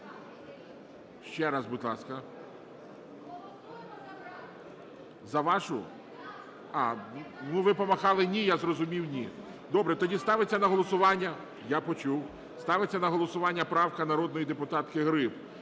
Ще раз, будь ласка. (Шум у залі) За вашу? А, ви помахали - "ні", я зрозумів – ні. Добре, тоді ставиться на голосування… Я почув. Ставиться на голосування правка народної депутатки Гриб,